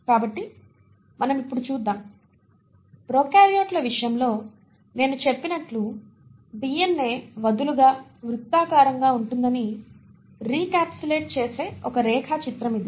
కాబట్టి మనం ఇప్పుడు చూద్దాం ప్రొకార్యోట్ల విషయంలో నేను చెప్పినట్లు DNA వదులుగా వృత్తాకారంగా ఉంటుందని రీక్యాప్సులేట్ చేసే ఒక రేఖాచిత్రం ఇది